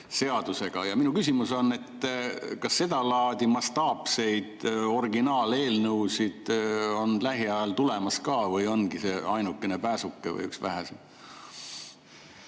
seadusega. Minu küsimus on: kas sedalaadi mastaapseid originaaleelnõusid on lähiajal veel tulemas või ongi see ainukene pääsuke või üks väheseid